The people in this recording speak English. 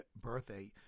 birthday